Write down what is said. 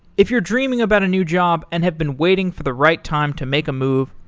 if you're dreaming about a new job and have been waiting for the right time to make a move,